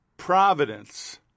providence